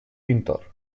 pintor